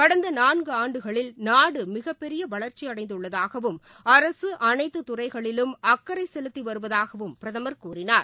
கடந்த நான்காண்டுகளில் நாடு மிகப் பெரிய வளர்ச்சியடைந்துள்ளதாகவும் அரசு அனைத்து துறைகளிலும் அக்கரை செலுத்தி வருவதாகவும் பிரதமர் கூறினார்